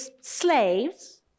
slaves